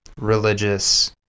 religious